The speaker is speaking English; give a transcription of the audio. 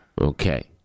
Okay